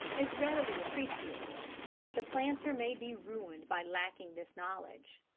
is readily appreciated the planter may be ruined by lacking this knowledge.